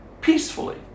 Peacefully